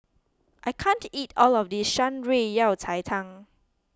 I can't eat all of this Shan Rui Yao Cai Tang